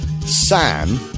Sam